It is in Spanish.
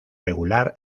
regular